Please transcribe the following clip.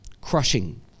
Crushing